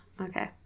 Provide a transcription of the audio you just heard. Okay